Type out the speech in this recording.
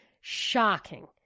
Shocking